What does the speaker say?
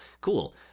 Cool